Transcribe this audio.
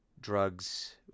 Drugs